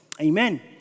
Amen